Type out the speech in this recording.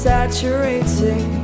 Saturating